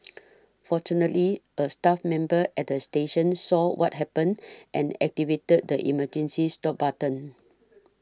fortunately a staff member at the station saw what happened and activated the emergency stop button